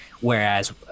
Whereas